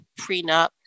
prenup